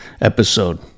episode